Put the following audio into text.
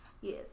Yes